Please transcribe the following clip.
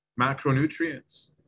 macronutrients